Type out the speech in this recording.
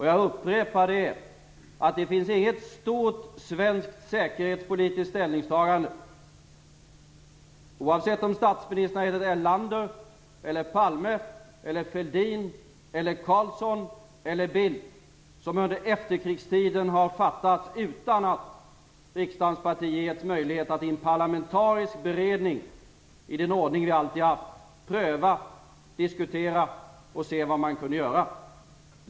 Jag upprepar att det inte finns något stort svenskt säkerhetspolitiskt ställningstagande, som en statsminister under efterkrigstiden har fattat oavsett om han har hetat Erlander, Palme, Fälldin, Carlsson eller Bildt, utan att riksdagens partier har getts möjlighet att i en parlamentarisk beredning i den ordning vi alltid har haft pröva, diskutera och se vad man kan göra.